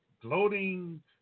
gloating